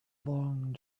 long